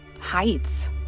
heights